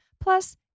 Plus